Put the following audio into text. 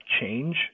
change